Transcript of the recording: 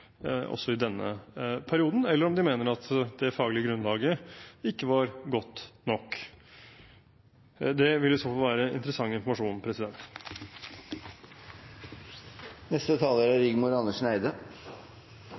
også i denne perioden, eller om de mener at det faglige grunnlaget ikke var godt nok. Det vil i så fall være interessant informasjon.